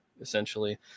essentially